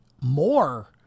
more